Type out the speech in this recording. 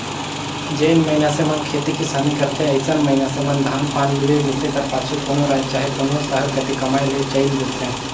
जेन मइनसे मन खेती किसानी करथे अइसन मइनसे मन धान पान लुए, मिसे कर पाछू कोनो राएज चहे कोनो सहर कती कमाए ले चइल देथे